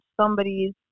somebody's